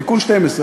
תיקון 12,